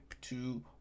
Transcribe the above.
two